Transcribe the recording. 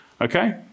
Okay